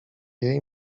jej